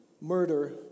Murder